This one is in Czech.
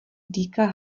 dýka